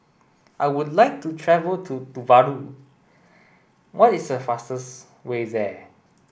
I would like to travel to Tuvalu what is the fastest way there